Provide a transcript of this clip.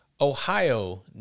Ohio